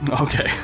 Okay